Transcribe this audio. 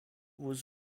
was